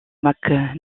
mac